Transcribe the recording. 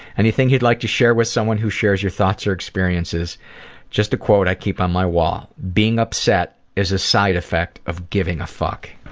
anything you'd like to share with someone who shares your thoughts or experiences just a quote i keep on my wall being upset is a side-effect of giving a fuck.